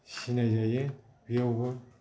सिनाय जायो बेयावबो